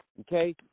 Okay